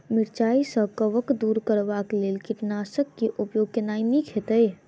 मिरचाई सँ कवक दूर करबाक लेल केँ कीटनासक केँ उपयोग केनाइ नीक होइत?